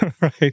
right